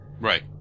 Right